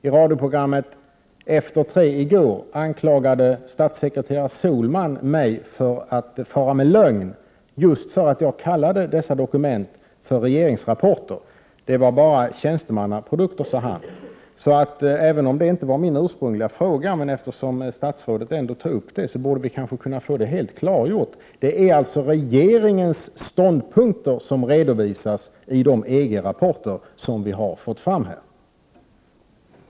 I radioprogrammet Efter tre i går anklagade statssekreterare Sohlman mig för att fara med lögn, just för att jag kallade dessa dokument för regeringsrapporter. Det var bara tjänstemannaprodukter, sade han. Även om min ursprungliga fråga inte handlade om detta borde vi kanske kunna få det helt klarlagt, eftersom statsrådet ändå tog upp det: Det är alltså regeringens ståndpunkter som redovisas i de EG-rapporter som vi här har Prot. 1988/89:113